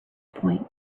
point